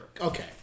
okay